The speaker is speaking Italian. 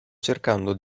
cercando